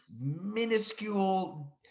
minuscule